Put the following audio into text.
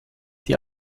die